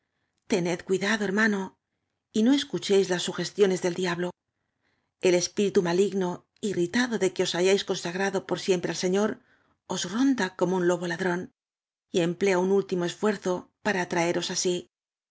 cui dado hermano y no escuchéis las sugestiones del diablo el espíritu m aligno irritado de que os hayáis consagrado por siempre al señor os ronda como un lobo ladrón y emplea un último esfuerzo para atraeros á